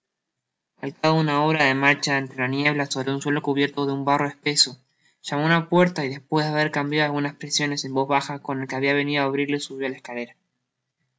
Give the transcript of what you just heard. cabo de una hora de marcha entre la niebla sobre un suelo cubierto de un barro espeso llamó á una puerta y despues de haber cambiado algunas espresiones en voz baja con el que ha ia venido á abrirle subió la escalera